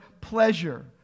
pleasure